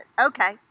Okay